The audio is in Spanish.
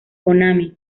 konami